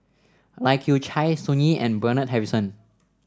Lai Kew Chai Sun Yee and Bernard Harrison